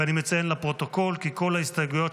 ואני מציין לפרוטוקול כי כל ההסתייגויות